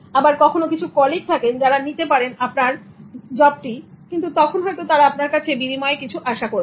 আবার কখনো কিছু কলিগ্ থাকেন যারা নিতে পারেন আপনার জবটি কিন্তু তখন হয়তো তারা আপনার কাছে বিনিময়ে কিছু আশা করবেন